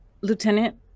lieutenant